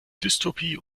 dystopie